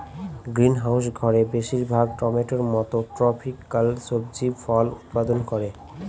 greenhouse ঘরে বেশির ভাগ টমেটোর মত ট্রপিকাল সবজি ফল উৎপাদন করে